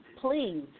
please